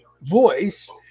voice